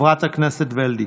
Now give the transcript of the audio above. חברת הכנסת וולדיגר.